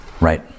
Right